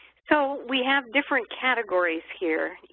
so we have different categories here.